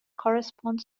correspond